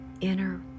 inner